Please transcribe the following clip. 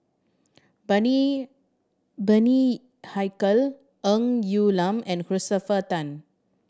Bani Bani Haykal Ng Quee Lam and Christopher Tan